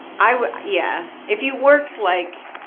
i would yeah. if you worked, like,